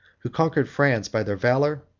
who conquered france by their valor,